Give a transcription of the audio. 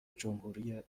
جمهوری